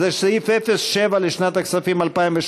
שזה סעיף 07 לשנת הכספים 2017,